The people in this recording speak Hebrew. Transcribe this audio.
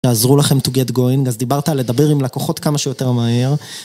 יעזרו לכם to get going, אז דיברת על לדבר עם לקוחות כמה שיותר מהר.